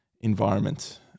environment